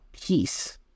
peace